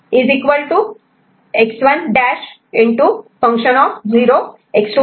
Fx1 x2 x3 xN x1'